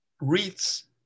reads